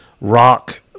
rock